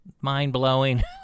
mind-blowing